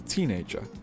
Teenager